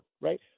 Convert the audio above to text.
right